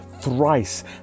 thrice